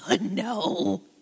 No